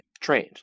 Trained